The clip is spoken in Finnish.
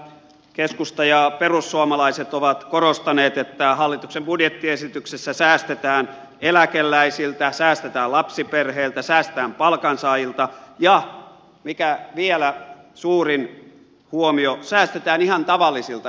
täällä keskusta ja perussuomalaiset ovat korostaneet että hallituksen budjettiesityksessä säästetään eläkeläisiltä säästetään lapsiperheiltä säästetään palkansaajilta ja mikä vielä suurin huomio säästetään ihan tavallisilta ihmisiltä